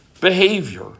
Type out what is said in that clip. behavior